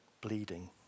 bleeding